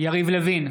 יריב לוין,